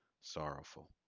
sorrowful